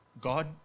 God